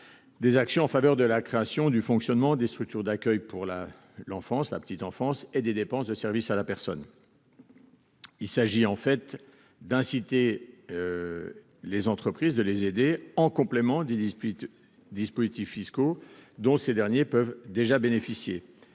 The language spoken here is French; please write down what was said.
des actions en faveur de la création du fonctionnement des structures d'accueil pour la l'enfance, la petite enfance et des dépenses de services à la personne. Il s'agit en fait d'inciter les entreprises, de les aider en complément des disputes dispositifs fiscaux dont ces derniers peuvent déjà bénéficier